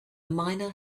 miner